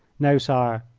no, sire.